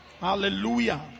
Hallelujah